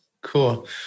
Cool